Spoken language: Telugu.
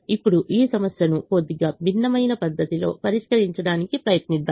ఇప్పుడు ఈ సమస్యను కొద్దిగా భిన్నమైన పద్ధతిలో పరిష్కరించడానికి ప్రయత్నిద్దాం